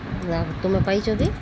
ତୁମେ ପାଇଛ କି